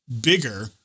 bigger